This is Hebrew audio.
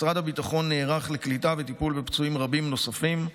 משרד הביטחון נערך לקליטה וטיפול בפצועים רבים נוספים,